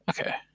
Okay